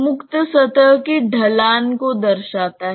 मुक्त सतह की ढलान को दर्शाता है